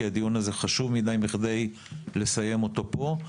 הדיון הזה חשוב מידי מכדי לסיים אותו פה,